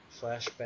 flashback